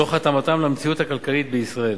תוך התאמתם למציאות הכלכלית בישראל.